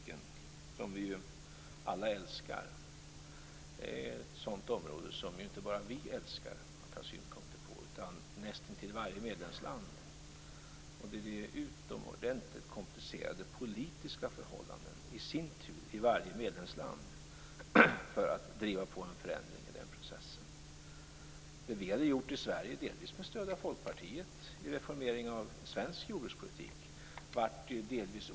Det vore egentligen också att avkräva mig någonting som vi än så länge inte är färdiga med i regeringen som samtal.